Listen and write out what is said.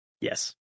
Yes